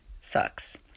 sucks